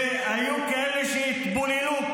והיו כאלה שהתבוללו,